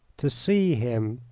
to see him,